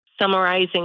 summarizing